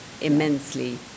immensely